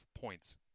points